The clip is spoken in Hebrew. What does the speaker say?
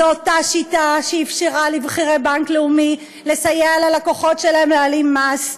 זו אותה שיטה שאפשרה לבכירי בנק לאומי לסייע ללקוחות להעלים מס,